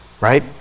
right